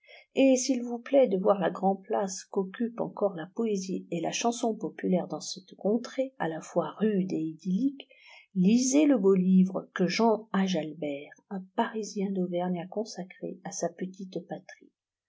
et s'il vous plaît de voir la grande place qu'occupent encore la poésie et la chanson populaires dans cette contrée à la fois rude et idyllique lisez le beau livre que jean ajalbert un parisien d'auvergne a consacré à sa petite patrie